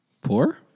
Poor